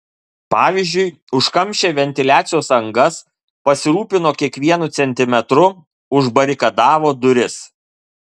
pavyzdžiui užkamšė ventiliacijos angas pasirūpino kiekvienu centimetru užbarikadavo duris